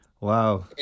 Wow